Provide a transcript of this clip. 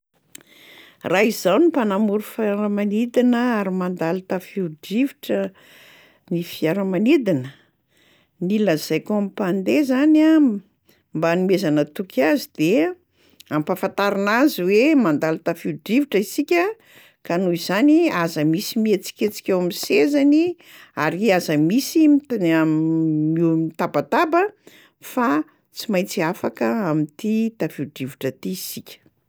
Raha izaho no mpanamory fiaramanidina ary mandalo tafio-drivotra ny fiaramanidina, ny lazaiko am'mpandeha zany a mba hanomezana toky azy de ampahafantarina azy hoe: "Mandalo tafio-drivotra isika ka noho izany aza misy mihetsiketsika eo am'sezany ary aza misy mitabataba fa tsy maintsy afaka am'ty tafio-drivotra ty isika."